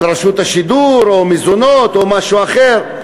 על חוב לרשות השידור או מזונות, או משהו אחר,